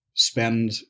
spend